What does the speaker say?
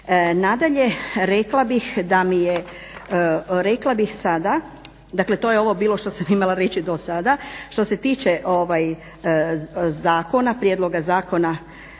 Nadalje, rekla bih da mi je, rekla bih sada, dakle to je ovo bilo što sam imala reći do sada. Što se tiče ovaj Zakona, prijedloga zakona